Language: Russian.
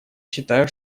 считаю